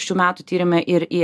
šių metų tyrime ir į